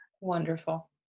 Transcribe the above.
Wonderful